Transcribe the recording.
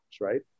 right